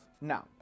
Now